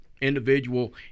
individual